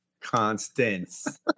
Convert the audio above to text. Constance